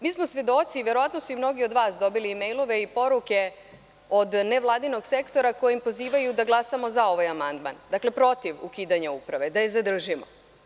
Mi smo svedoci, a verovatno su mnogi od vas dobili i mejlove i poruke od nevladinog sektora kojim pozivaju da glasamo za ovaj amandman, dakle, protiv ukidanja Uprave, da je zadržimo.